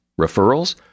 Referrals